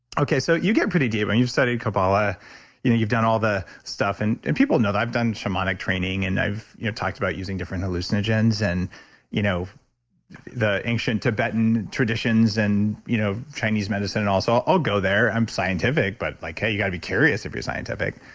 so you get pretty deep and you've studied kabbalah you know you've done all the stuff and and people know that i've done shamanic training and i've you know talked about using different hallucinogens and you know the ancient tibetan traditions and you know chinese medicine. and also i'll go there. i'm scientific, but like, hey, you got to be curious if you're scientific.